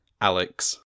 Alex